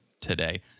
today